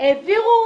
העבירו